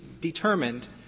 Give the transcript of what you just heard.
determined